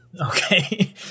Okay